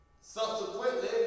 Subsequently